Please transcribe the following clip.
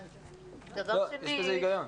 יש בזה היגיון.